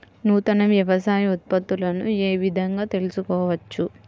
నూతన వ్యవసాయ ఉత్పత్తులను ఏ విధంగా తెలుసుకోవచ్చు?